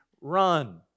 run